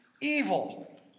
evil